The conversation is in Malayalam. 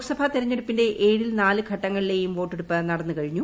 ലോക്സഭാ തെരഞ്ഞെടുപ്പിന്റെ ഏഴിൽ നാല് ഘട്ടങ്ങളിലേയും വോട്ടെടുപ്പ് നടന്നുകഴിഞ്ഞു